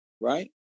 right